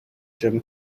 jim